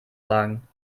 sagen